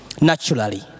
naturally